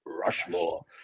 Rushmore